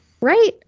Right